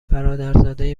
برادرزاده